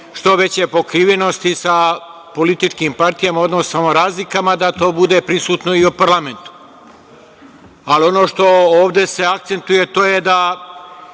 što veće pokrivenosti sa političkim partijama, odnosno razlikama da to bude prisutno i u parlamentu, ali ono što se ovde akcentuje to je da